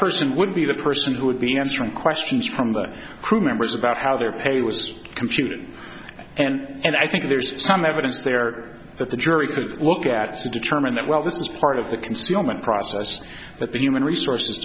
person would be the person who would be answering questions from the crew members about how their pay was computed and i think there's some evidence there that the jury could look at to determine that well this is part of the concealment process but the human resources